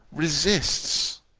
resists.